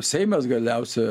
seimas galiausia